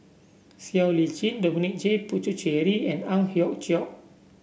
Siow Lee Chin Dominic J Puthucheary and Ang Hiong Chiok